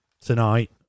tonight